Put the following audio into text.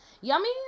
Yummy